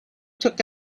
took